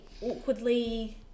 awkwardly